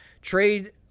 trade